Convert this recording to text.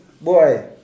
Boy